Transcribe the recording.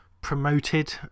promoted